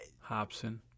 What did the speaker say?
Hobson